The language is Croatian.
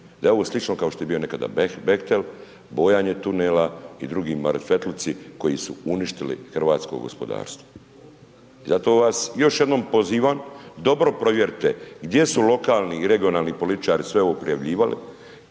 da je ono slično kao što je bio nekada Behtel, bojanje tunela i drugi marafetluci koji su uništili hrvatsko gospodarstvo. I zato vas još jednom pozivam, dobro provjerite gdje su lokalni i regionalni političari sve ovo prijavljivali,